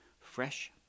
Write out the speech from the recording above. fresh